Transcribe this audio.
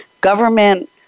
government